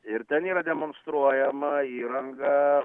ir ten yra demonstruojama įranga